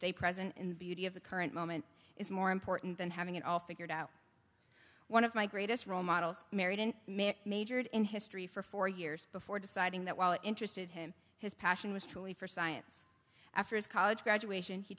stay present in the beauty of the current moment is more important than having it all figured out one of my greatest role models married in may majored in history for four years before deciding that while interested him his passion was to leave for science after his college graduation he